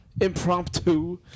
impromptu